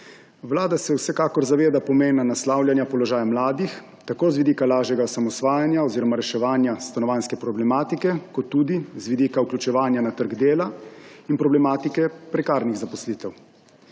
Vlada se vsekakor zaveda pomena naslavljanja položaja mladih tako z vidika lažjega osamosvajanja oziroma reševanja stanovanjske problematike kot tudi z vidika vključevanja na trg dela in problematike prekarnih zaposlitev.